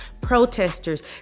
Protesters